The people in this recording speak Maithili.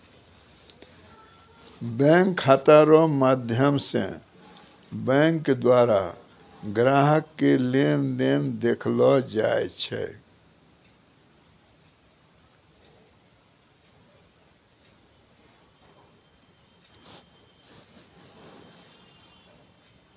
बैंक खाता रो माध्यम से बैंक द्वारा ग्राहक के लेन देन देखैलो जाय छै